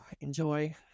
enjoy